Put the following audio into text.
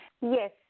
Yes